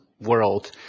world